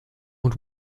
und